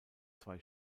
zwei